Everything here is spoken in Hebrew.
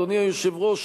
אדוני היושב-ראש,